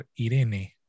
irene